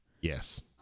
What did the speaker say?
Yes